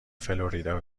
فلوریدا